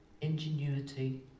ingenuity